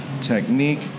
technique